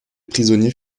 prisonniers